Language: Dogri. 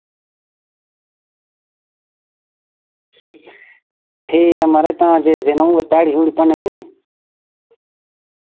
ठीक ऐ म्हाराज जुस दिन अं'ऊ दिहाड़ी भन्नगा नी